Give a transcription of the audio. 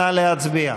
נא להצביע.